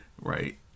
Right